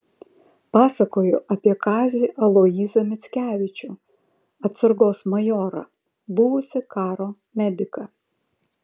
pasakojo apie kazį aloyzą mickevičių atsargos majorą buvusį karo mediką